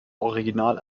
original